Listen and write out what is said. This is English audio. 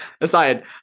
aside